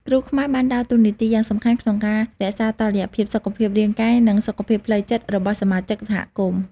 គ្រូខ្មែរបានដើរតួនាទីយ៉ាងសំខាន់ក្នុងការរក្សាតុល្យភាពសុខភាពរាងកាយនិងសុខភាពផ្លូវចិត្តរបស់សមាជិកសហគមន៍។